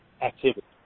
activity